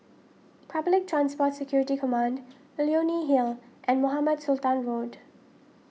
Public Transport Security Command Leonie Hill and Mohamed Sultan Road